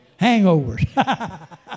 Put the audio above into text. Hangovers